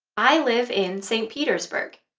i live in st petersburg.